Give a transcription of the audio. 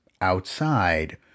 outside